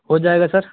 हो जाएगा सर